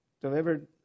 delivered